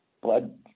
blood